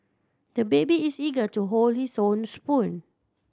the baby is eager to hold his own spoon